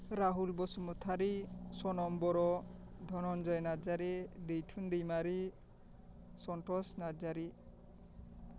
Rahul Basumatary Sanam Boro Dhananjay Narzary Daithun Daimary Santosh Narzary